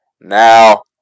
Now